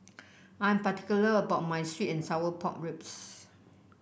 I am particular about my sweet and Sour Pork Ribs